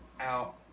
out